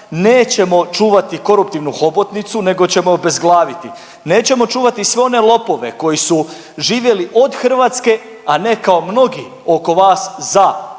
nećemo čuvati koruptivnu hobotnicu nego ćemo ju obezglaviti. Nećemo čuvati sve one lopove koji su živjeli od Hrvatske, a ne kao mnogi oko vas za, dakle